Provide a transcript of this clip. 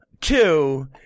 two